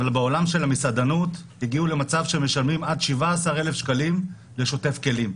בעולם של המסעדנות הגיעו למצב שמשלמים עד 17,000 שקלים לשוטף כלים.